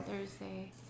Thursday